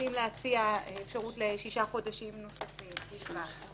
רוצים להציע אפשרות לשישה חודשים נוספים בלבד.